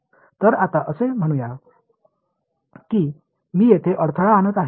तर आता असे म्हणूया की मी येथे अडथळा आणत आहे